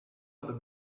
other